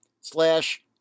slash